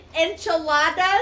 enchiladas